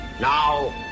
Now